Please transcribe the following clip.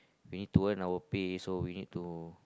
we need to earn our pay so we need to